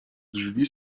drzwi